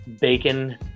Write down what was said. Bacon